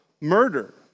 murder